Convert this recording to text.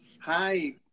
Hi